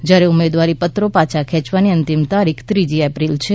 જ્યારે ઉમેદવારી પત્રો પાછા ખેંચવાની અંતિમ તારીખ ત્રીજી એપ્રિલ છે